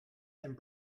and